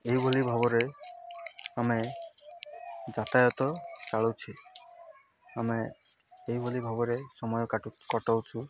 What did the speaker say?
ଏହିଭଳି ଭାବରେ ଆମେ ଯାତାୟାତ ଚାଲୁଛି ଆମେ ଏହିଭଳି ଭାବରେ ସମୟ କଟାଉଛୁ